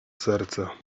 serca